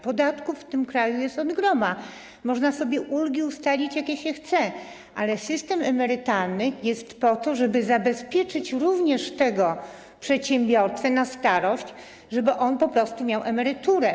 Podatków w tym kraju jest od groma, ulgi można sobie ustalić, jakie się chce, ale system emerytalny jest po to, żeby zabezpieczyć również tego przedsiębiorcę na starość, żeby on po prostu miał emeryturę.